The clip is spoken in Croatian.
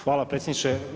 Hvala predsjedniče.